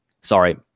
sorry